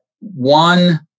one